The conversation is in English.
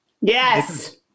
Yes